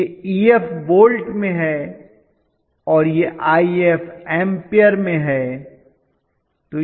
यह Ef volt में है और यह If एम्पीयर में है